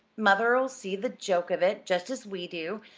mother'll see the joke of it just as we do.